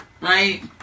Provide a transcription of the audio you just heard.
right